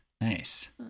nice